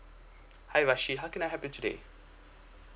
hi rashid how can I help you today